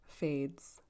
fades